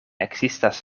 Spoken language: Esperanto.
ekzistas